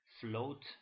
float